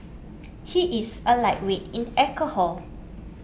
he is a lightweight in alcohol